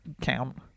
count